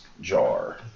jar